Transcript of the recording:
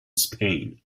spain